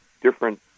different